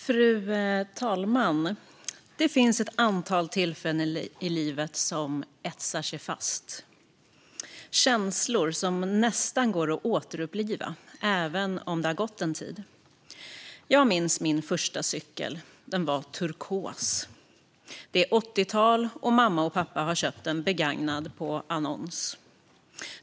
Fru talman! Det finns ett antal tillfällen i livet som etsar sig fast, känslor som nästan går att återuppleva även om det har gått en tid. Jag minns min första cykel. Den var turkos. Det är 80-tal, och mamma och pappa har köpt den begagnad på annons.